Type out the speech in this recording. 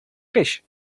fish